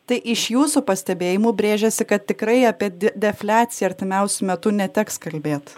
tai iš jūsų pastebėjimų brėžiasi kad tikrai apie di defliaciją artimiausiu metu neteks kalbėt